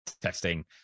testing